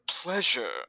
pleasure